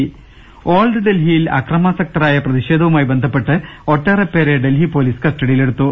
രുമെട്ടറു old ഡൽഹിയിൽ അക്രമാസക്തമായ പ്രതിഷേധവുമായി ബന്ധ പ്പെട്ട് ഒട്ടേറെപേരെ ഡൽഹി പൊലീസ് കസ്റ്റഡിയിലെടുത്തു